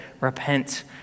repent